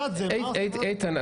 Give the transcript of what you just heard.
איתן,